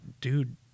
dude